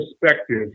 perspective